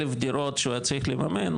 אלף דירות שהוא היה צריך לממן,